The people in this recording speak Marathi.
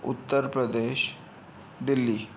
उत्तर प्रदेश दिल्ली